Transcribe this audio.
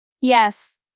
Yes